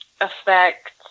affect